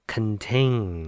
Contain